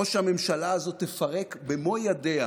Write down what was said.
או שהממשלה הזאת תפרק במו ידיה